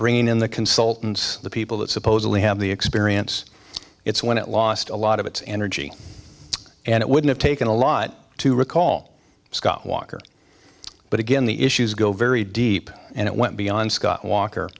bringing in the consultants the people that supposedly have the experience it's when it lost a lot of its energy and it would've taken a lot to recall scott walker but again the issues go very deep and it went beyond scott walker